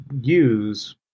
use